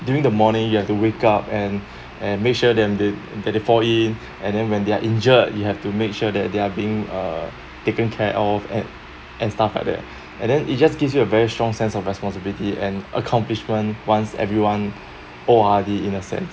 during the morning you have to wake up and and make sure them they that they fall in and then when they are injured you have to make sure that they are being uh taken care of and and stuff like that and then it just gives you a very strong sense of responsibility and accomplishment once everyone O_R_D in a sense